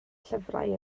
llyfrau